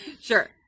Sure